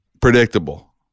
predictable